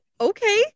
Okay